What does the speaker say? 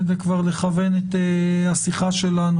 כדי כבר לכוון את השיחה שלנו,